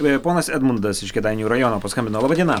beje ponas edmundas iš kėdainių rajono paskambino laba diena